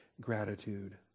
gratitude